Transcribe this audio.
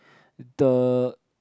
the